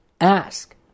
ask